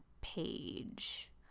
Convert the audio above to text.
page